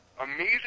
amazing